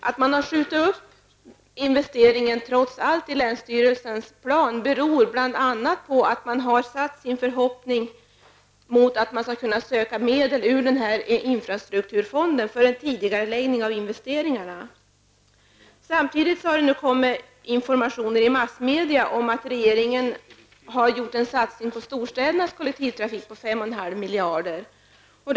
Att investeringen har skjutits upp i länsstyrelsens plan beror bl.a. på att man har satt sitt hopp till att kunna söka medel ur infrastrukturfonden för en tidigareläggning av investeringarna. Samtidigt har det kommit informationer i massmedia om att regeringen har gjort en satsning på storstädernas kollektivtrafik med 5,5 miljarder kronor.